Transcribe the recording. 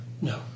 no